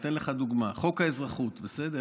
אתן לך דוגמה: חוק האזרחות, בסדר?